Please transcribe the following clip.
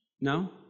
No